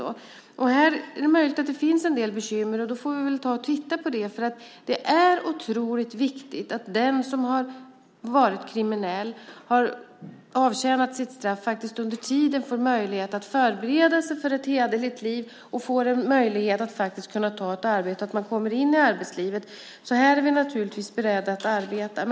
Det är möjligt att det finns en del bekymmer med detta, och det får vi i så fall ta och titta på. Det är otroligt viktigt att den som har varit kriminell och har avtjänat sitt straff under tiden får möjlighet att förbereda sig för ett hederligt liv. De måste få en möjlighet att ta ett arbete och komma in i arbetslivet. Detta är vi naturligtvis beredda att arbeta för.